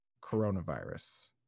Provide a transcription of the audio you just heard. coronavirus